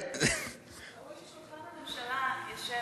ראוי ששולחן הממשלה, ישב בו, מתביישים.